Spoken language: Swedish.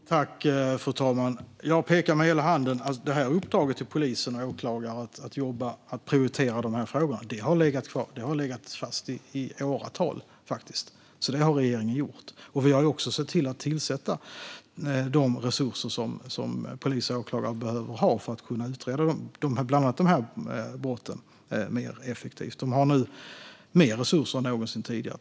Fru talman! Marléne Lund Kopparklint talar om att peka med hela handen. Detta uppdrag till polis och åklagare att prioritera dessa frågor har faktiskt legat fast i åratal. Det har regeringen alltså gjort. Vi har också sett till att tillföra de resurser som polis och åklagare behöver ha för att kunna utreda bland annat dessa brott mer effektivt. De har nu mer resurser än någonsin tidigare.